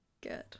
good